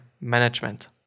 management